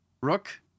Rook